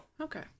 okay